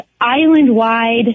island-wide